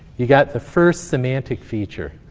you got the first semantic feature.